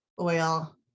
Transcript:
oil